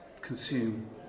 consume